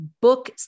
book